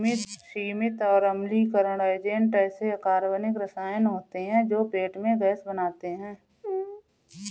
सीमित और अम्लीकरण एजेंट ऐसे अकार्बनिक रसायन होते हैं जो पेट में गैस बनाते हैं